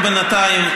בינתיים,